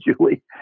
Julie